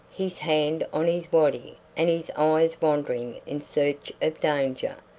his hand on his waddy and his eyes wandering in search of danger.